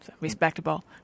respectable